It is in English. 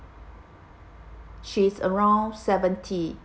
she's around seventy